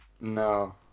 No